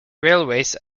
railways